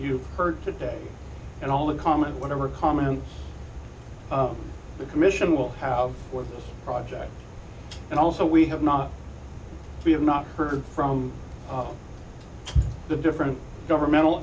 you heard today and all in common whatever common the commission will have for this project and also we have not we have not heard from the different governmental